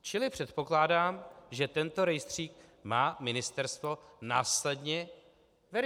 Čili předpokládám, že tento rejstřík má ministerstvo následně verifikovat.